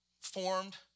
formed